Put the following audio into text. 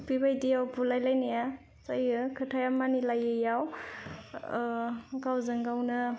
बेफोरबायदियाव बुलायलायनाया जायो खोथाया मानिलायैयाव गावजोंगावनो